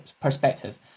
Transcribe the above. perspective